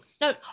No